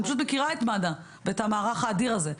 אני פשוט מכירה את מד"א ואת המערך האדיר הזה,